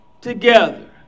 together